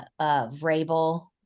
Vrabel